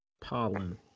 Pollen